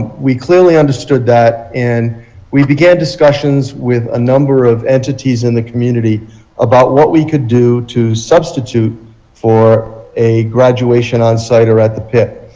we clearly understood that. and we began discussions with a number of entities in the community about what we could do to substitute for a graduation on-site or at the pit.